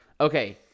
okay